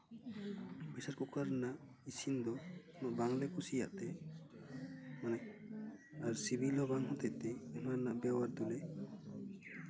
pressure cooker ᱨᱮᱱᱟᱜ ᱤᱥᱤᱱ ᱫᱚ ᱩᱱᱟᱹᱜ ᱵᱟᱝᱞᱮ ᱠᱩᱥᱤᱭᱟᱜᱼᱛᱮ ᱟᱨ ᱥᱤᱵᱤᱞ ᱦᱚᱸ ᱵᱟᱝ ᱦᱚᱛᱮ ᱛᱮ ᱚᱱᱟ ᱨᱮᱱᱟᱜ ᱵᱮᱵᱚᱦᱟᱨ ᱫᱚᱞᱮ